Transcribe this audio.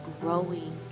growing